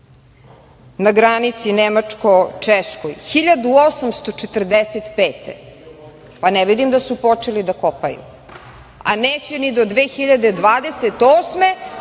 na granici nemačko-češkoj 1845. godine, pa ne vidim da su počeli da kopaju, a neće ni do 2028,